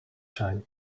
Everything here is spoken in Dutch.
zijn